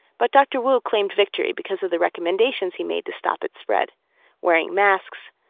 but dr. wu claimed victory because of the recommendations he made to stop its spread wearing masks,